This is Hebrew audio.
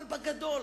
אבל בגדול,